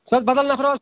بدل نفر